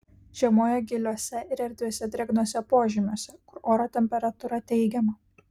žiemoja giliuose ir erdviuose drėgnuose požymiuose kur oro temperatūra teigiama